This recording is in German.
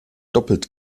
doppelt